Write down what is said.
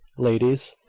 ladies.